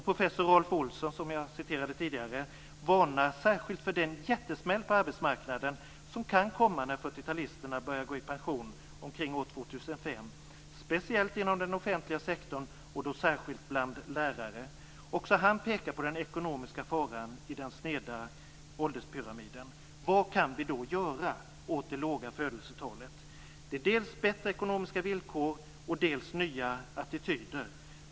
Professor Rolf Ohlsson varnar särskilt för den jättesmäll på arbetsmarknaden som kan komma när 40-talisterna börjar gå i pension omkring år 2005, speciellt inom den offentliga sektorn och då särskilt bland lärare. Också han pekar på den ekonomiska faran i den sneda ålderspyramiden. Vad kan vi då göra åt det låga födelsetalet? Det är fråga om dels bättre ekonomiska villkor, dels nya attityder.